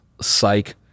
psych